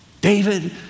David